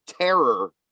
terror